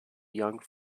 young